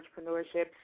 entrepreneurship